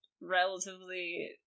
relatively